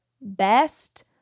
best